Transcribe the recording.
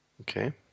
Okay